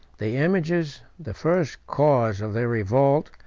the images, the first cause of their revolt,